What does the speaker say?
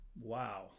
wow